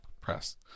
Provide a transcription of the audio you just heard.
press